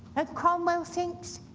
ah cromwell thinks,